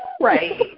Right